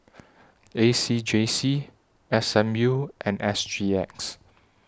A C J C S M U and S G X